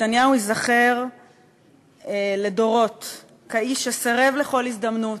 נתניהו ייזכר לדורות כאיש שסירב לכל הזדמנות,